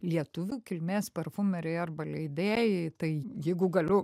lietuvių kilmės parfumeriai arba leidėjai tai jeigu galiu